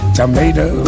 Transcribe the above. tomato